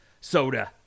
soda